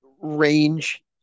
range